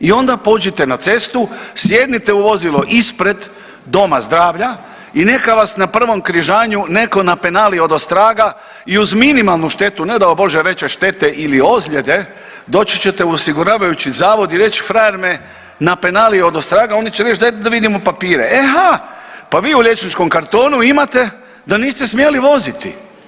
I onda pođite na cestu, sjednite u vozilo ispred doma zdravlja i neka vam na prvom križanju netko napenali odostraga i uz minimalnu štetu, ne dao Bože veće štete ili ozljede, doći ćete u osiguravajući zavod i reći, frajer me napenalio odostraga, oni će reći, dajte da vidimo papire, e ha, pa vi u liječničkom kartonu imate da niste smjeni voziti.